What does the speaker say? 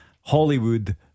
Hollywood